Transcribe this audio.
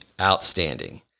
outstanding